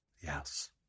Yes